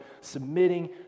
submitting